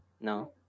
No